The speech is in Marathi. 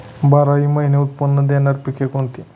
बाराही महिने उत्त्पन्न देणारी पिके कोणती?